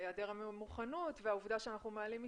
היעדר המוכנות והעובדה שאנחנו מעלים מכסה,